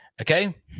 Okay